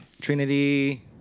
Trinity